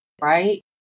Right